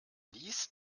ließ